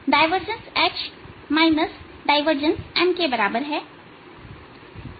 divergence H divergence M के बराबर है